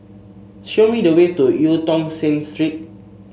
show me the way to Eu Tong Sen Street